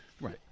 right